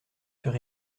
sur